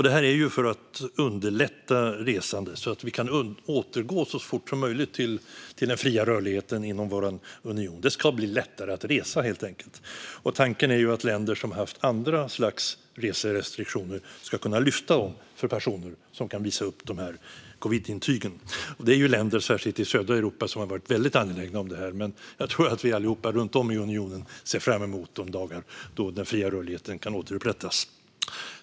Det här är för att underlätta resande så att vi så fort som möjligt kan återgå till den fria rörligheten inom vår union. Det ska bli lättare att resa, helt enkelt. Tanken är ju att länder som har haft andra slags reserestriktioner ska kunna lyfta dem för personer som kan visa upp de här covidintygen. Det är särskilt länder i södra Europa som har varit väldigt angelägna om det här, men jag tror att vi alla runt om i unionen ser fram emot den dag då den fria rörligheten kan återupprättas.